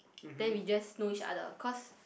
then we just know each other cause